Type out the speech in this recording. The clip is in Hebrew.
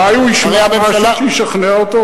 הרי הממשלה, אולי הוא ישמע משהו שישכנע אותו?